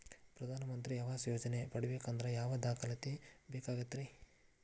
ಪ್ರಧಾನ ಮಂತ್ರಿ ಆವಾಸ್ ಯೋಜನೆ ಪಡಿಬೇಕಂದ್ರ ಯಾವ ದಾಖಲಾತಿ ಬೇಕಾಗತೈತ್ರಿ?